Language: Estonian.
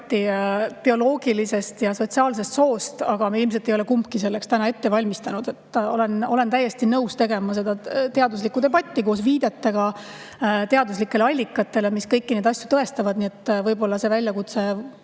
bioloogilisest ja sotsiaalsest soost, aga me ilmselt ei ole kumbki selleks täna ette valmistanud. Olen täiesti nõus tegema seda teaduslikku debatti koos viidetega teaduslikele allikatele, mis kõiki neid asju tõestavad. Nii et võib-olla võtke see väljakutse